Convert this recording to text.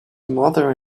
mother